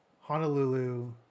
Honolulu